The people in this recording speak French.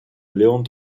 léon